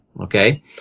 Okay